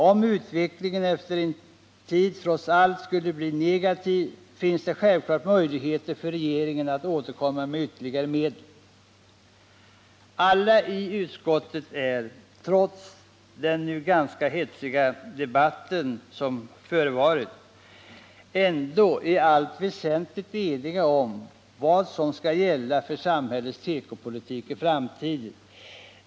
Om utvecklingen efter en tid trots allt skulle bli negativ, finns självklart möjlighet för regeringen att återkomma med ytterligare medel. Alla i utskottet är, trots den ganska hetsiga debatt som har varit, ändå i allt väsentligt eniga om vad som skall gälla för samhällets tekopolitik i framtiden.